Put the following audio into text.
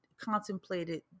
contemplated